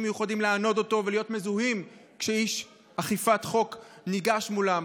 מיוחדים לענוד אותו ולהיות מזוהים כשאיש אכיפת חוק ניגש אליהם?